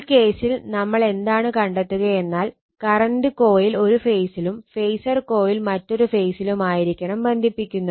ഈ കേസിൽ നമ്മൾ എന്താണ് കണ്ടെത്തുകയെന്നാൽ കറണ്ട് കോയിൽ ഒരു ഫേസിലും ഫേസർ കോയിൽ മറ്റൊരു ഫേസിലും ആയിരിക്കണം ബന്ധിപ്പിക്കുന്നത്